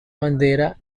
bandera